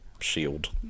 shield